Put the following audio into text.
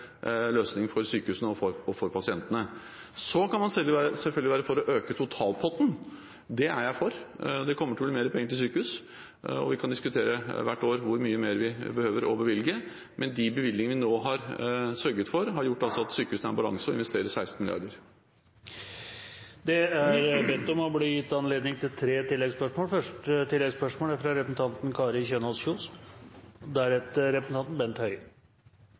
løsning for sykehusene og for pasientene. Man kan selvfølgelig være for å øke totalpotten. Det er jeg for. Det kommer til å bli mer penger til sykehus. Vi kan diskutere hvert år hvor mye mer vi behøver å bevilge, men de bevilgningene vi nå har sørget for, har altså gjort at sykehusene har en balanse og investerer 16 mrd. kr. Det er bedt om og blir gitt anledning til tre oppfølgingsspørsmål – først representanten Kari Kjønaas Kjos.